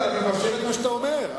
אני ממשיך את מה שאתה אומר.